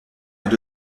dans